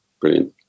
brilliant